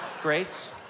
grace